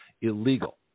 illegal